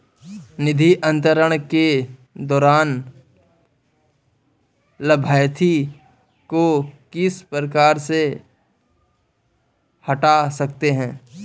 निधि अंतरण के दौरान लाभार्थी को किस प्रकार से हटा सकते हैं?